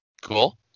Cool